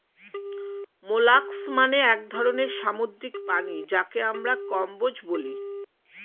molluscs মানে এক ধরনের সামুদ্রিক প্রাণী যাকে আমরা কম্বোজ বলি